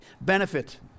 benefit